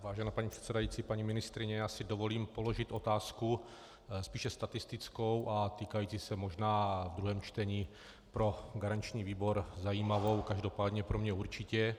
Vážená paní předsedající, paní ministryně, já si dovolím položit otázku spíše statistickou a týkající se možná v druhém čtení pro garanční výbor zajímavou, každopádně pro mě určitě.